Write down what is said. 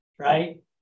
Right